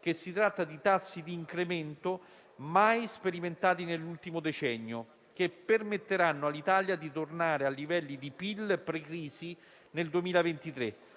che si tratta di tassi di incremento mai sperimentati nell'ultimo decennio, che permetteranno all'Italia di tornare ai livelli di PIL pre-crisi nel 2023.